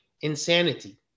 insanity